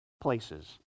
places